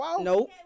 Nope